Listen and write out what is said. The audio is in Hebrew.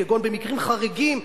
כגון "במקרים חריגים",